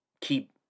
keep